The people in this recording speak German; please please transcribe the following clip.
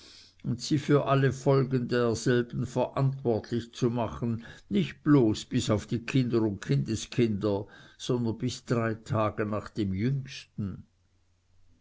und sie für alle folgen derselben verantwortlich zu machen nicht bloß bis auf kinder und kindeskinder sondern bis drei tage nach dem jüngsten